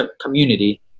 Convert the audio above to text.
community